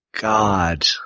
God